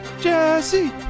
Jesse